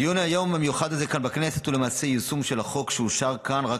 הדיון היום המיוחד הזה כאן בכנסת הוא למעשה יישום של החוק שאושר כאן רק